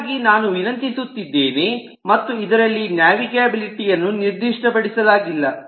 ಹಾಗಾಗಿ ನಾನು ವಿನಂತಿಸುತ್ತಿದ್ದೇನೆ ಮತ್ತು ಇದರಲ್ಲಿ ನ್ಯಾವಿಗಬಿಲಿಟಿ ಯನ್ನು ನಿರ್ದಿಷ್ಟಪಡಿಸಲಾಗಿಲ್ಲ